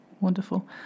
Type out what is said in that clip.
Wonderful